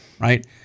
right